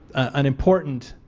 an important